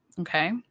okay